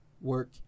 work